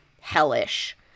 hellish